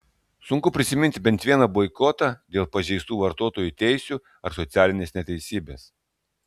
sunku prisiminti bent vieną boikotą dėl pažeistų vartotojų teisių ar socialinės neteisybės